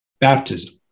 Baptism